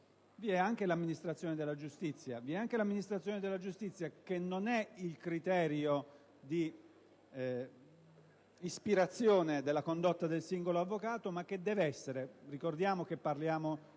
sistemico, l'amministrazione della giustizia, che non è il criterio di ispirazione della condotta del singolo avvocato ma deve essere - vi ricordo che parliamo